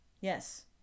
Yes